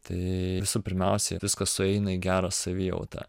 tai visų pirmiausia viskas sueina į gerą savijautą